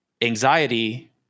anxiety